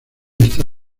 está